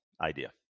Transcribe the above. idea